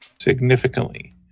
Significantly